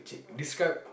describe